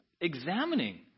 examining